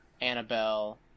Annabelle